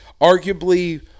arguably